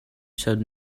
showed